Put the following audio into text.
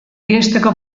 irensteko